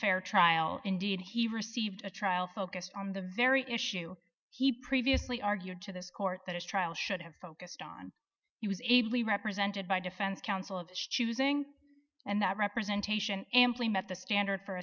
fair trial indeed he received a trial focused on the very issue he previously argued to this court that his trial should have focused on he was able to represented by defense counsel and choosing and that representation amply met the standard for